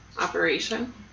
operation